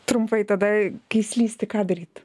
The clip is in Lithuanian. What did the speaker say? trumpai tada kai slysti ką daryt